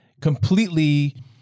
completely